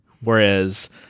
Whereas